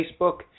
Facebook